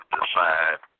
decide